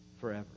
Forever